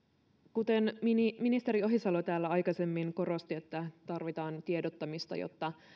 kuten ministeri ministeri ohisalo täällä aikaisemmin korosti tarvitaan tiedottamista